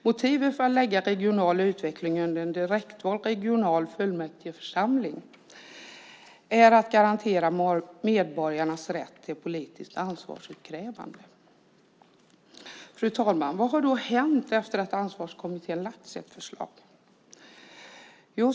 Motivet för att lägga regional utveckling under en direktvald regional fullmäktigeförsamling är att garantera medborgarnas rätt till politiskt ansvarsutkrävande. Fru talman! Vad har då hänt efter att Ansvarskommittén har lagt fram sitt förslag?